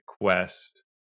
quest